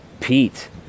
Pete